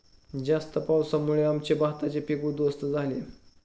जास्त पावसामुळे आमचे भाताचे पीक उध्वस्त झाले